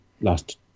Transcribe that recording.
last